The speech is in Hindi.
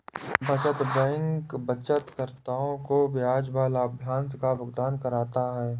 बचत बैंक बचतकर्ताओं को ब्याज या लाभांश का भुगतान करता है